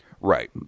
Right